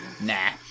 Nah